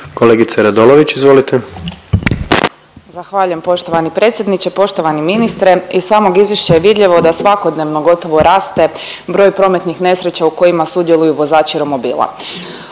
**Radolović, Sanja (SDP)** Hvala lijepo poštovani predsjedniče. Poštovani ministre, iz samog izvješća je vidljivo da svakodnevno gotovo raste broj prometnih nesreća u kojima sudjeluju vozači romobila